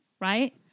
right